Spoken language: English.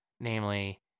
namely